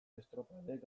estropadek